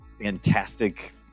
fantastic